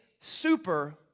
super